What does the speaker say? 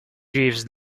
jeeves